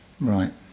right